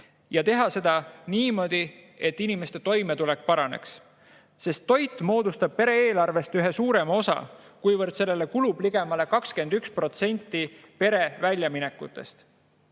teha seda niimoodi, et inimeste toimetulek paraneks. Sest toit moodustab pere eelarvest ühe suurema osa, kuivõrd sellele kulub ligemale 21% pere väljaminekutest.